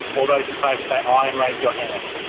all those in favour, say aye and raise your hand.